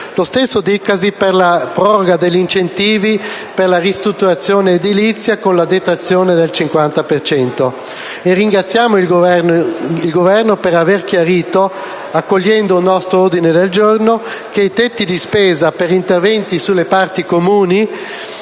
Lo stesso dicasi per la proroga degli incentivi per la ristrutturazione edilizia con la detrazione del 50 per cento. Ringraziamo il Governo per aver chiarito, accogliendo un nostro ordine del giorno, che i tetti di spesa per interventi sulle parti comuni